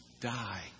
die